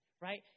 right